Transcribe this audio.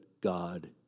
God